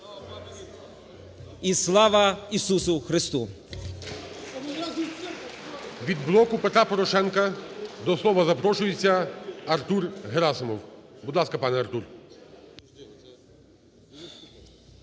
і Слава Ісусу Христу!